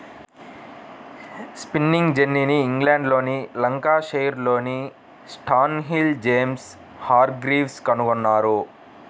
spinning జెన్నీని ఇంగ్లండ్లోని లంకాషైర్లోని స్టాన్హిల్ జేమ్స్ హార్గ్రీవ్స్ కనుగొన్నారు